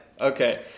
Okay